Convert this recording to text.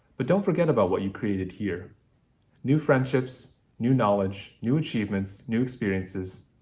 but don't forget about what you created here new friendships, new knowledge, new achievements, new experiences,